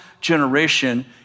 generation